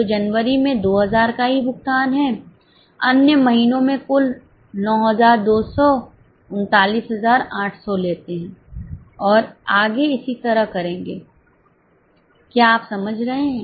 तो जनवरी में 2000 का ही भुगतान है अन्य महीनों में कुल 9200 39800 लेते हैं और आगे इसी तरह करेंगे क्या आप इसे समझ रहे हैं